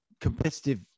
competitive